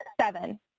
seven